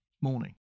morning